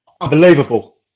Unbelievable